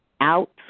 out